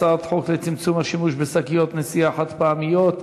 הצעת חוק לצמצום השימוש בשקיות נשיאה חד-פעמיות,